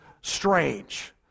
Strange